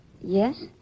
Yes